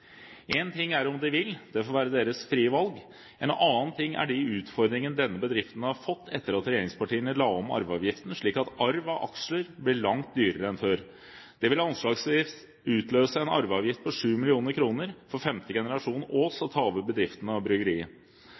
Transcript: ting er om de vil. Det får være deres frie valg. En annen ting er de utfordringene denne bedriften har fått etter at regjeringspartiene la om arveavgiften, slik at arv av aksjer blir langt dyrere enn før. Det vil anslagsvis utløse en arveavgift på 7 mill. kr for femte generasjon Aass å ta over driften av